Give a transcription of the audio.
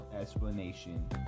explanation